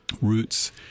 roots